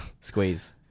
Squeeze